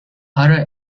آره